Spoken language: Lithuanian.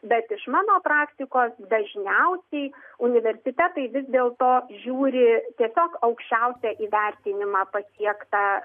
bet iš mano praktikos dažniausiai universitetai vis dėlto žiūri tiesiog aukščiausią įvertinimą pasiektą